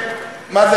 מה זה,